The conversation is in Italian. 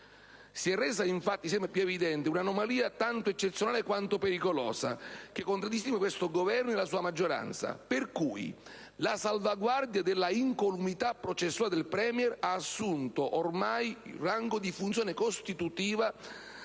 Si è resa infatti sempre più evidente un'anomalia, tanto eccezionale quanto pericolosa, che contraddistingue questo Governo e la sua maggioranza, tale per cui la salvaguardia dell'incolumità processuale del *Premier* ha assunto ormai rango di funzione costitutiva,